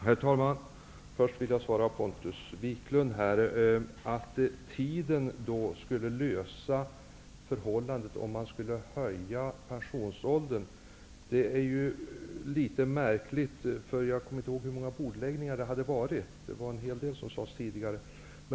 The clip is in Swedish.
Herr talman! Först vill jag svara Pontus Wiklund. Det är ju litet märkligt att tiden skulle lösa problemet om man skulle höja pensionsåldern eller inte. Jag kommer inte ihåg hur många bordläggningar det hade varit, men det var en hel del.